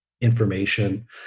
information